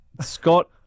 Scott